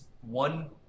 One